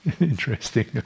Interesting